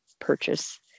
purchase